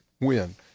win